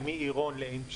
ומעירון לעין תות.